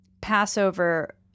Passover